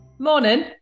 Morning